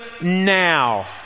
now